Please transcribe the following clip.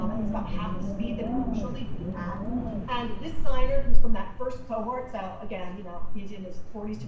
um i think, about half the speed that it would usually be at and this signer who's from that first cohort. so again, you know, he's in his forty s to